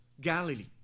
Galilee